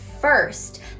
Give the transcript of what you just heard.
first